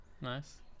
Nice